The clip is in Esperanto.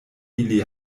ili